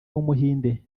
w’umuhinde